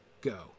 go